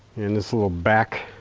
and this little back